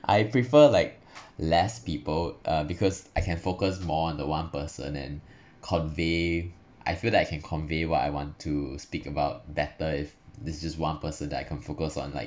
I prefer like less people uh because I can focus more on the one person and convey I feel that I can convey what I want to speak about better if there's just one person that I can focus on like